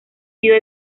sido